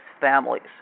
families